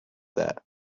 that